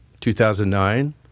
2009